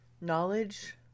knowledge